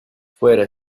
fuera